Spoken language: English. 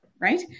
right